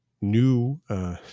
new